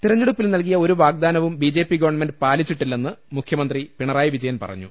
തിര ഞ്ഞെ ടു പ്പിൽ നൽകിയ ഒരു വാഗ്ദാനവും ബി ജെ പി ഗവൺമെന്റ് പാലിച്ചിട്ടില്ലെന്ന് മുഖ്യമന്ത്രി പിണറായി വിജയൻ പറഞ്ഞു